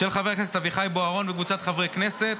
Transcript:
של חבר הכנסת אביחי בוארון וקבוצת חברי הכנסת.